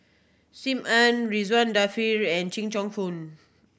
Sim Ann Ridzwan Dzafir and Cheong Choong Kong